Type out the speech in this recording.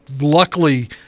luckily